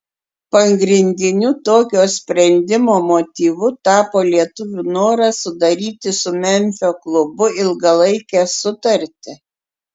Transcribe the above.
pagrindiniu tokio sprendimo motyvu tapo lietuvio noras sudaryti su memfio klubu ilgalaikę sutartį